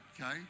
Okay